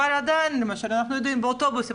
אבל עדיין למשל אנחנו יודעים באוטובוסים,